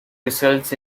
results